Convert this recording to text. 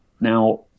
Now